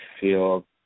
feel